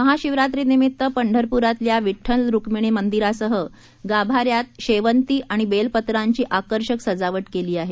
महाशिवरात्रीनिमित्त पंढरपूरातल्या विड्डल रुक्मिणी मंदिरासह गाभाऱ्यात शेवंती आणि बेलपत्रांची आकर्षक सजावट केली आहे